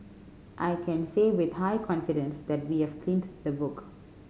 I can say with high confidence that we have cleaned the book